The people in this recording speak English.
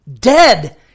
Dead